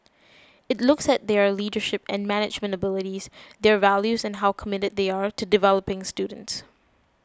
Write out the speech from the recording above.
it looks at their leadership and management abilities their values and how committed they are to developing students